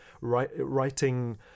writing